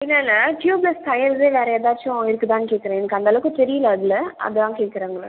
இல்லை இல்லை ட்யூப்லெஸ் டயர்லேயே வேறு ஏதாச்சும் இருக்குதானு கேக்கிறேன் எனக்கு அந்த அளவுக்கு தெரியல அதில் அதான் கேக்கிறேன் உங்களை